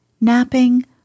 napping